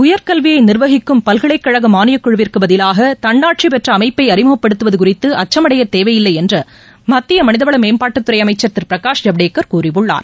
உயர்கல்வியைநிர்வகிக்கும் பல்கலைக்கழகமானியக் குழுவிற்குபதிலாகதன்னாட்சிப் பெற்றஅமைப்பைஅறிமுகப்படுத்துவதுகுறித்துஅச்சம் அடையத்தேவையில்லைஎன்றுமத்தியமனிதவளமேம்பாட்டுத் துறைஅமைச்சர் திருபிரகாஷ் ஐவ்டேகர் கூறியுள்ளார்